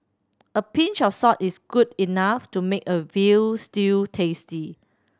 a pinch of salt is good enough to make a veal stew tasty